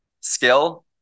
skill